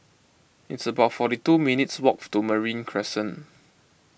it's about forty two minutes' walk to Marine Crescent